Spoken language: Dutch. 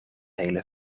hele